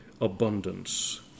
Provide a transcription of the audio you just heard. abundance